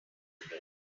today